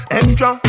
extra